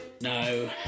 No